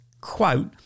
quote